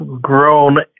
grown